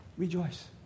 Rejoice